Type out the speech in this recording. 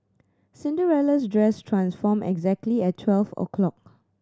Cinderella's dress transformed exactly at twelve o'clock